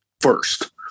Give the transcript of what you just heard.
First